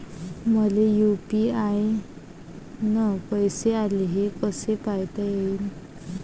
मले यू.पी.आय न पैसे आले, ते कसे पायता येईन?